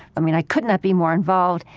i mean, i could not be more involved,